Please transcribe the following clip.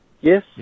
Yes